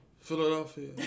Philadelphia